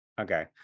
Okay